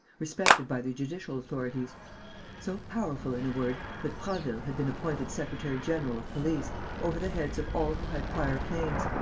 respected by the judicial authorities so powerful, in a word, that prasville had been appointed secretary-general of police, over the heads of all who had prior claims,